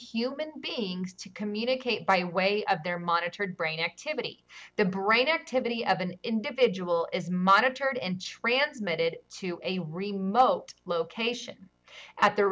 beings to communicate by way of their monitored brain activity the brain activity of an individual is monitored and transmitted to a remote location at the